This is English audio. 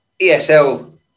ESL